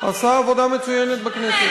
עשה עבודה מצוינת בכנסת.